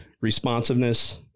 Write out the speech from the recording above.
responsiveness